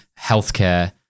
healthcare